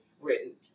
written